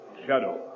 Shadow